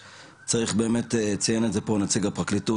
חברי מהפרקליטות,